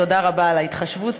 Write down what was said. תודה רבה על ההתחשבות,